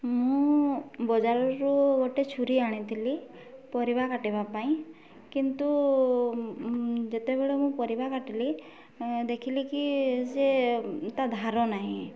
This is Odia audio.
ମୁଁ ବଜାରରୁ ଗୋଟେ ଛୁରୀ ଆଣିଥିଲି ପରିବା କାଟିବା ପାଇଁ କିନ୍ତୁ ଯେତେବେଳେ ମୁଁ ପରିବା କାଟିଲି ଦେଖିଲି କି ସିଏ ତା ଧାର ନାହିଁ